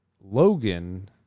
Logan